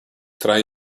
tra